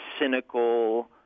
cynical